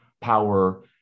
power